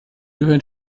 gehören